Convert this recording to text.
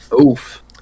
Oof